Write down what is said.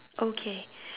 okay